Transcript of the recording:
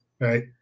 right